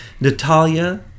Natalia